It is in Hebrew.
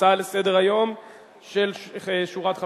מס' 7267,